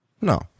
no